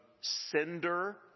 sender